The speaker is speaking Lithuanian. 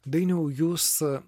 dainiau jūs